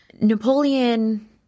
napoleon